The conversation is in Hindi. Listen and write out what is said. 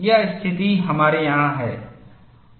यही स्थिति हमारे यहां है